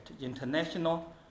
international